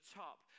top